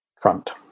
front